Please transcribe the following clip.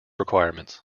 requirements